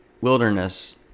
wilderness